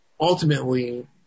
ultimately